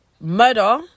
murder